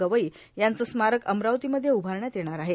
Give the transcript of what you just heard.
गवई यांचे स्मारक अमरावतीमध्ये उभारण्यात येणार आहे